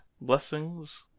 blessings